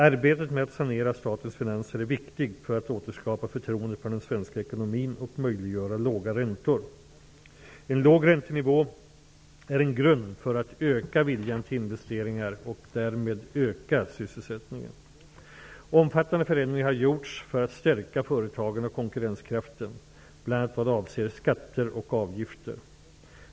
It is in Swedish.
Arbetet med att sanera statens finanser är viktigt för att återskapa förtroendet för den svenska ekonomin och möjliggöra låga räntor. En låg räntenivå är en grund för att öka viljan till investeringar och därmed öka sysselsättningen. Omfattande förändringar har gjorts för att stärka företagen och konkurrenskraften, bl.a. vad avser skatter och avgifter.